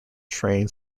train